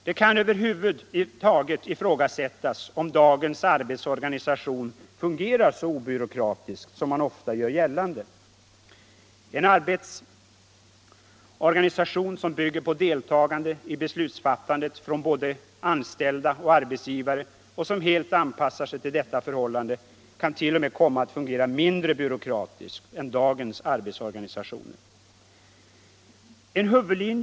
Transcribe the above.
Det kan över huvud taget ifrågasättas om dagens arbetsorganisation fungerar så obyråkratiskt som man ofta gör gällande. En arbetsorganisation som bygger på deltagande i beslutsfattandet från både anställda och arbetsgivare och som helt anpassar sig till detta förhållande kan t.o.m. komma att fungera mindre byråkratiskt än dagens arbetsorganisationer.